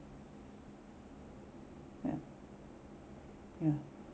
ya ya